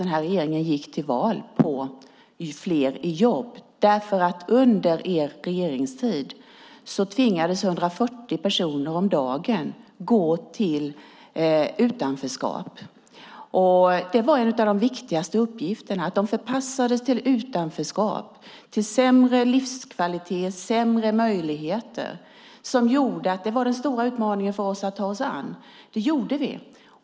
Den här regeringen gick till val på fler jobb därför att 140 personer om dagen tvingades gå in i ett utanförskap under er regeringstid. Det var en av de viktigaste uppgifterna för oss. Dessa människor förpassades till utanförskap, till sämre livskvalitet och sämre möjligheter. Detta var den stora utmaningen för oss att ta oss an. Det gjorde vi.